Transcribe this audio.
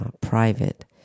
private